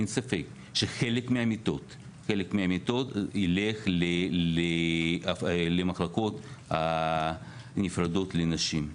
אין ספק שחלק מהמיטות ילכו למחלקות הנפרדות לנשים.